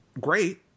great